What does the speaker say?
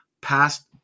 passed